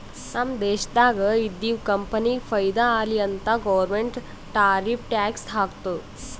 ನಮ್ ದೇಶ್ದಾಗ್ ಇದ್ದಿವ್ ಕಂಪನಿಗ ಫೈದಾ ಆಲಿ ಅಂತ್ ಗೌರ್ಮೆಂಟ್ ಟಾರಿಫ್ ಟ್ಯಾಕ್ಸ್ ಹಾಕ್ತುದ್